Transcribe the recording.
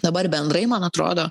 dabar bendrai man atrodo